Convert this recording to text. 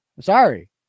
Sorry